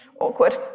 awkward